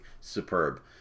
superb